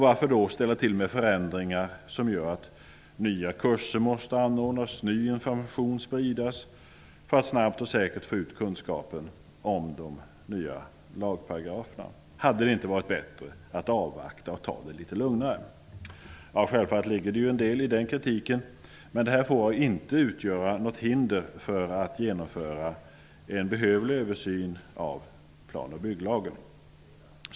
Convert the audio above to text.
Varför då ställa till med förändringar som gör att nya kurser måste anordnas, ny information spridas för att snabbt och säkert få ut kunskapen om de nya lagparagraferna? Hade det inte varit bättre att avvakta och ta det litet lugnare? Självfallet ligger det en del i den kritiken, men den får inte utgöra något hinder för att genomföra en behövlig översyn av plan och bygglagen.